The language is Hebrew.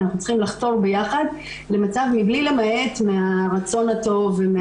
אנחנו צריכים לחתור ביחד, מבלי למעט מהרצון הטוב.